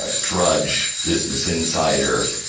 ah drudge, business insider,